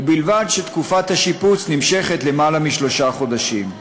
ובלבד שתקופת השיפוץ נמשכת למעלה משלושה חודשים.